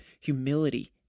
humility